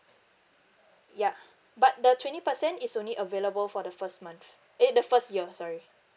ya but the twenty percent is only available for the first month eh the first year sorry